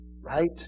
right